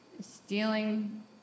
stealing